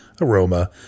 aroma